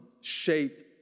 shaped